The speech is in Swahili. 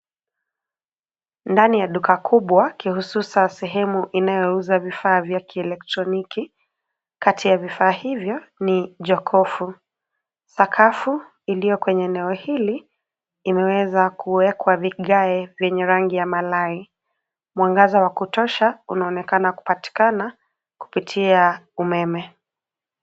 Ndani ya duka kubwa kihususa sehemu inayouza vifaa vya kielektroniki. Kati ya vifaa hivyo ni jokofu. Sakafu iliyo kwenye eneo hili, imeweza kuwekwa vigae vyenye rangi ya malai. Mwangaza wa kutosha unaonekana kupatikana kupitia umeme.